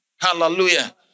Hallelujah